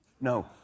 No